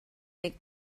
make